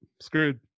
screwed